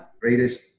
greatest